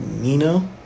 Nino